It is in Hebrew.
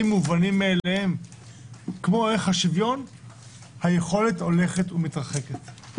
מובנים מאליהם כמו ערך השוויון הולכת ומתרחקת.